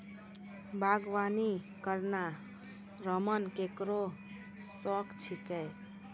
बागबानी करना रमन केरो शौक छिकै